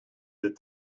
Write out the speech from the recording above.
that